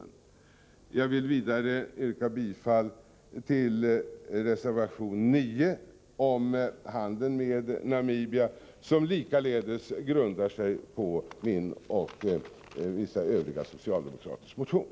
Vidare vill jag yrka bifall till reservationen 9 om handeln med Namibia, vilken likaledes grundar sig på en av mig och vissa övriga socialdemokrater väckt motion.